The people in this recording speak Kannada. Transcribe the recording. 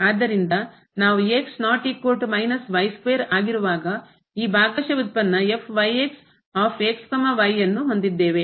ಆದ್ದರಿಂದ ನಾವು ಆಗಿರುವಾಗ ಈ ಭಾಗಶಃ ವ್ಯುತ್ಪನ್ನ ಅನ್ನು ಹೊಂದಿದ್ದೇವೆ